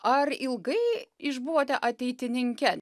ar ilgai išbuvote ateitininke